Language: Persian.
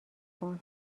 بکن